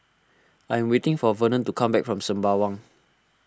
I'm waiting for Vernon to come back from Sembawang